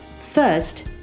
First